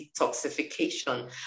detoxification